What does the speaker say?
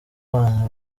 bana